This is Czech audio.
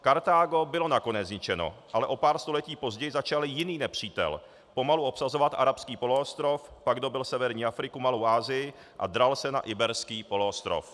Kartágo bylo nakonec zničeno, ale o pár století později začal jiný nepřítel pomalu obsazovat Arabský poloostrov, pak dobyl severní Afriku, Malou Asii a dral se na Iberský poloostrov.